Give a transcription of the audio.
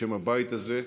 בשם הבית הזה,